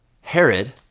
Herod